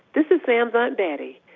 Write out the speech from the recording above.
this is sam's, aunt betty.